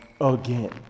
again